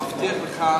אני מבטיח לך,